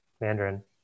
mandarin